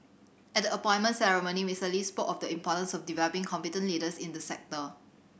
at the appointment ceremony Mister Lee spoke of the importance of developing competent leaders in the sector